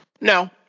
No